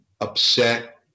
upset